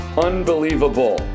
Unbelievable